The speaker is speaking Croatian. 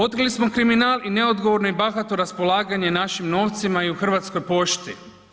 Otkrili smo kriminal i neodgovorno i bahato raspolaganje našim novcima i u Hrvatskoj pošti.